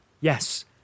Yes